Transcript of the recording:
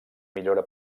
millora